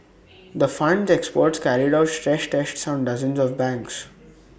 the Fund's experts carried out stress tests on dozens of banks